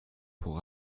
pour